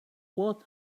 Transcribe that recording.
what